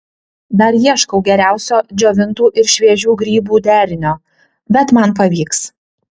dar ieškau geriausio džiovintų ir šviežių grybų derinio bet man pavyks